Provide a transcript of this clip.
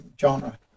genre